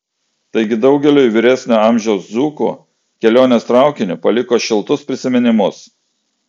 taigi daugeliui vyresnio amžiaus dzūkų kelionės traukiniu paliko šiltus prisiminimus